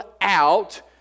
out